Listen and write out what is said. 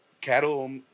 Cattle